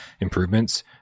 improvements